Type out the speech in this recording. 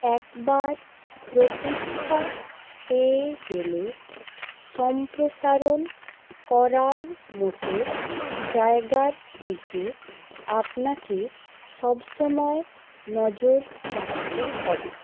একবার প্রতিষ্ঠা পেয়ে গেলে সম্প্রসারণ করার মতো জায়গার দিকে আপনাকে সব সময় নজর রাখতে হবে